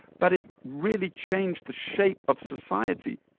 but it really changed the shape of society